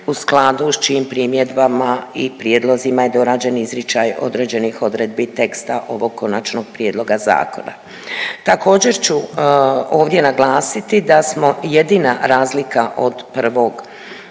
u skladu s čijim primjedbama i prijedlozima je dorađen izričaj određeni odredbi teksta ovog konačnog prijedloga zakona. Također ću ovdje naglasiti da smo jedina razlika od prvog